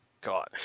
God